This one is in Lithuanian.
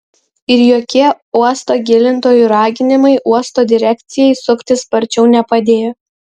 ir jokie uosto gilintojų raginimai uosto direkcijai suktis sparčiau nepadėjo